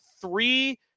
three